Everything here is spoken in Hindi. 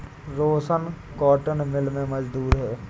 रोशन कॉटन मिल में मजदूर है